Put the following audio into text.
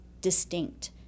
distinct